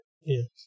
Yes